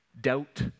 Doubt